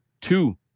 two